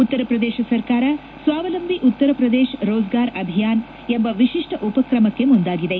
ಉತ್ತರ ಪ್ರದೇಶ ಸರ್ಕಾರ ಸ್ವಾವಲಂಬಿ ಉತ್ತರ ಪ್ರದೇಶ ರೋಜ್ಗಾರ್ ಅಭಿಯಾನ್ ಎಂಬ ವಿಶಿಷ್ವ ಉಪಕ್ರಮಕ್ಕೆ ಮುಂದಾಗಿದೆ